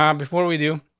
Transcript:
um before we do,